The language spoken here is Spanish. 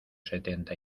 setenta